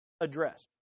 address